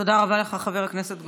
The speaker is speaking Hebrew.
תודה רבה לך, חבר הכנסת גולן.